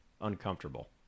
uncomfortable